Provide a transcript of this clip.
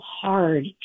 hard